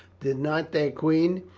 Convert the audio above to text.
did not their queen,